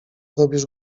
robisz